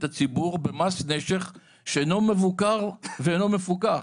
הציבור במס נשך שאינו מבוקר ואינו מפוקח.